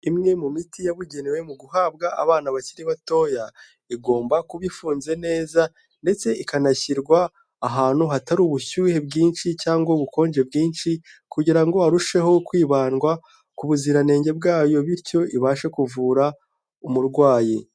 Imwe mu miti yabugenewe mu guhabwa abana bakiri batoya igomba kuba ifunze neza ndetse ikanashyirwa ahantu hatari ubushyuhe bwinshi cyangwa ubukonje bwinshi kugira ngo harusheho kwibandwa ku buziranenge bwayo bityo ibashe kuvura umurwayi.